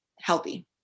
healthy